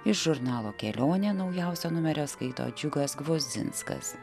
iš žurnalo kelionė naujausio numerio skaito džiugas gvozdzinskas